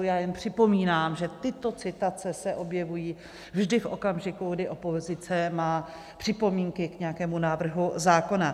Já jen připomínám, že tyto citace se objevují vždy v okamžiku, kdy opozice má připomínky k nějakému návrhu zákona.